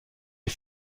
est